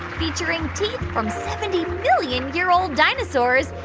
featuring teeth from seventy million year old dinosaurs,